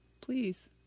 Please